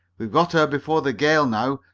we've got her before the gale now,